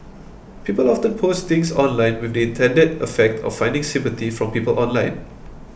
people often post things online with the intended effect of finding sympathy from people online